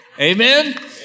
Amen